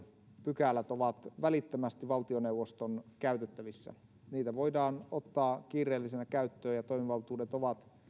pykälät ovat välittömästi valtioneuvoston käytettävissä niitä voidaan ottaa kiireellisenä käyttöön ja toimivaltuudet ovat